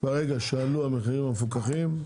ברגע שעלו המחירים המפוקחים,